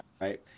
Right